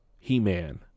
He-Man